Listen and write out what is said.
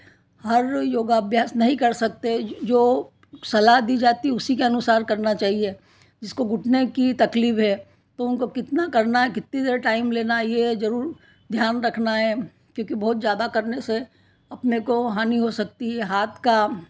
हर योगाभ्यास नहीं कर सकते जो सलाह दी जाती है उसी के अनुसार करना चाहिए जिसको घुटने की तकलीफ़ है तो उनको कितना करना है कितनी देर टाइम लेना यह ज़रूरी ध्यान रखना है क्योंकि बहुत ज़्यादा करने से अपने को हानि हो सकती है हाथ का